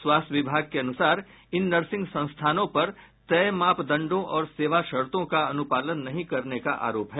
स्वास्थ्य विभाग के अनुसार इन नर्सिंग संस्थानों पर तय मापदंडों और सेवा शर्तो का अनुपालन नहीं करने का आरोप है